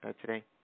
today